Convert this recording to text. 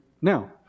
Now